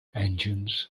engines